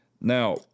Now